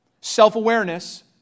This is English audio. self-awareness